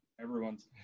Everyone's –